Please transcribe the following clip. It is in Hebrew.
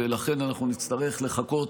לכן אנחנו נצטרך לחכות.